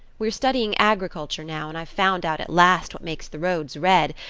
we're studying agriculture now and i've found out at last what makes the roads red.